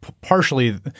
partially